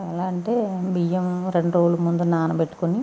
ఎలా అంటే బియ్యం రెండు రోజుల ముందు నానబెట్టుకుని